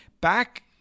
back